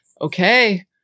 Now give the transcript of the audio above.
okay